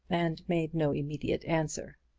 and made no immediate answer.